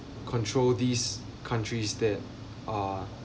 control these countries that are